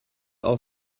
all